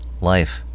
life